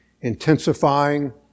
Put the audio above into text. intensifying